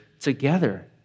together